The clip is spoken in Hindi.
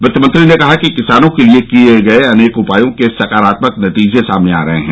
वित्तमंत्री ने कहा कि किसानों के लिए किए गए अनेक उपायों के साकारात्मक नतीजे सामने आ रहे हैं